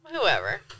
whoever